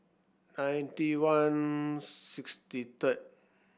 ninety one sixty third